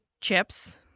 chips